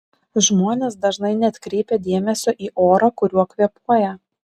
žmonės dažnai neatkreipia dėmesio į orą kuriuo kvėpuoja